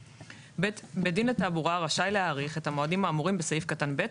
(ג)בית דין לתעבורה רשאי להאריך את המועדים האמורים בסעיף קטן (ב),